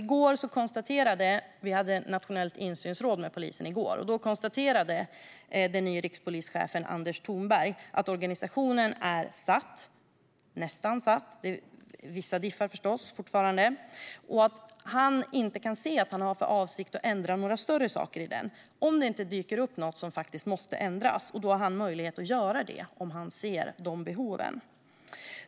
I går hade vi nationellt insynsråd med polisen, och då konstaterade den nye rikspolischefen Anders Thornberg att organisationen nästan är satt - vissa diffar finns fortfarande - och att han inte har för avsikt att ändra några större saker i den om det inte dyker upp något som faktiskt måste ändras. Om han ser de behoven har han i så fall möjlighet att göra detta.